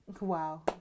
Wow